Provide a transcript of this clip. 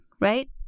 right